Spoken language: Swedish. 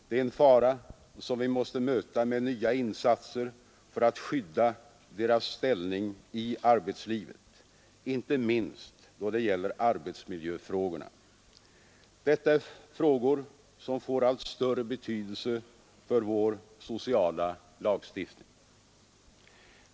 Det är en fara som vi måste möta med nya insatser för att skydda deras ställning i arbetslivet, inte minst då det gäller arbetsmiljöfrågorna. Detta är frågor som får allt större betydelse för vår sociala lagstiftning.